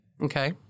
Okay